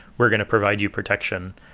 we're going to provide you protection.